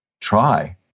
try